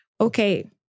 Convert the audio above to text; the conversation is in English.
okay